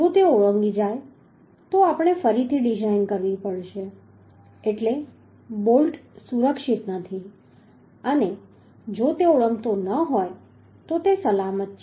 જો તે ઓળંગી જાય તો આપણે ફરીથી ડિઝાઇન કરવી પડશે એટલે બોલ્ટ સુરક્ષિત નથી અને જો તે ઓળંગતો ન હોય તો સલામત છે